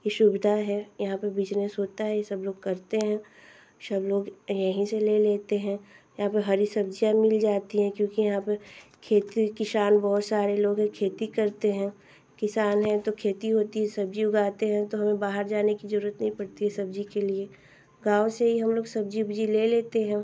यह सुविधा है यहाँ पर बिजनेस होता है यह सब लोग करते हैं सब लोग यहीं से ले लेते हैं यहाँ पे हरी सब्ज़ियाँ मिल जाती हैं क्योंकि यहाँ पर खेती किसान बहुत सारे लोग खेती करते हैं किसान हैं तो खेती होती है सब्ज़ी उगाते हैं तो हमें बाहर जाने की ज़रूरत नहीं पड़ती है सब्ज़ी के लिए गाँव से ही हम लोग सब्ज़ी उब्जी ले लेते हैं